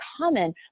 common